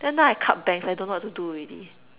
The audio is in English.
then now I cut bangs I don't know what to do already